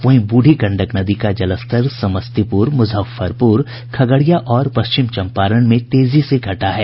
वहीं बूढ़ी गंडक नदी का जलस्तर समस्तीपुर मुजफ्फरपुर खगड़िया और पश्चिम चंपारण में तेजी से घटा है